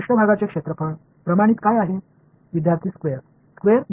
மாணவர் விகிதாசாரமாக மேற்பரப்பு பகுதி எதற்கு விகிதாசாரமாக இருக்கும்